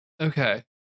Okay